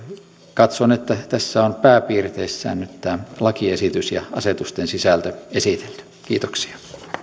katson että tässä on pääpiirteissään nyt tämä lakiesitys ja asetusten sisältö esitelty kiitoksia